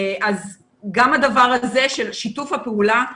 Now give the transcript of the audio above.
אז גם הדבר הזה של שיתוף הפעולה מחייב.